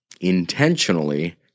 intentionally